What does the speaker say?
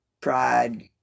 pride